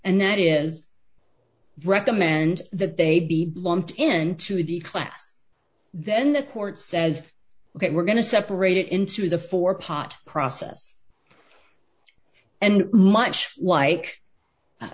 and that is recommend that they be lumped into the class then the court says ok we're going to separate it into the four pot process and much like